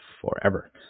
forever